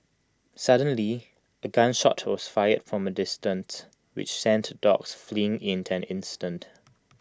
suddenly A gun shot was fired from A distance which sent the dogs fleeing in ten instant